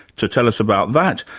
to tell us about that,